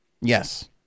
Yes